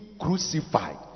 crucified